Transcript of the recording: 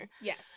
Yes